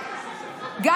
שקר,